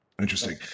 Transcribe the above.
Interesting